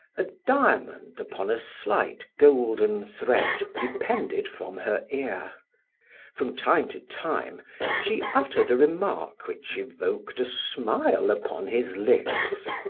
a diamond upon a slight, golden thread depended from her ear from time to time she uttered a remark which evoked a smile upon his lips.